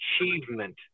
achievement